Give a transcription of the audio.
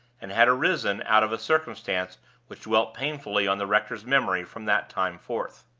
and had arisen out of a circumstance which dwelt painfully on the rector's memory from that time forth.